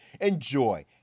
enjoy